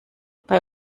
bei